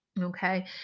okay